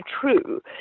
true